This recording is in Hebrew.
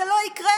זה לא יקרה,